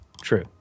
True